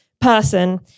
person